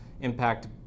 impact